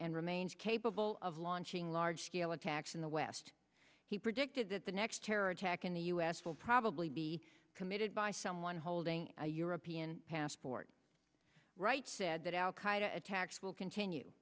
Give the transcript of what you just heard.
and remains capable of launching large scale attacks in the west he predicted that the next terror attack in the u s will probably be committed by someone holding a european passport right said that al qaeda attacks will continue